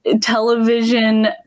television